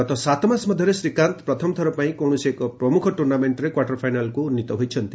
ଗତ ସାତମାସ ମଧ୍ୟରେ ଶ୍ରୀକାନ୍ତ ପ୍ରଥମଥର ପାଇଁ କୌଣସି ଏକ ପ୍ରମୁଖ ଟୁର୍ଷ୍ଣାମେଣ୍ଟରେ କ୍ୱାର୍ଟର ଫାଇନାଲ୍କୁ ଉନ୍ନୀତ ହୋଇଛନ୍ତି